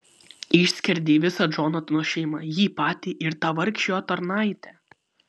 išskerdei visą džonatano šeimą jį patį ir tą vargšę jo tarnaitę